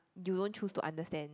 you don't choose to understand